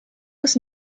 was